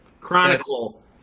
chronicle